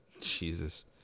Jesus